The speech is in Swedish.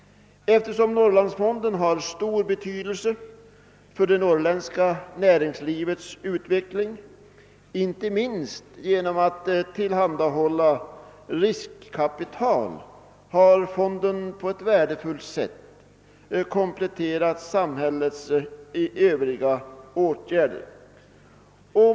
Eftersom Norrlandsfonden har stor betydelse för det norrländska näringslivets utveckling, inte minst genom att tillhandahålla riskkapital, har fonden på ett värdefullt sätt kompletterat samhällets övriga åtgärder.